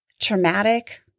traumatic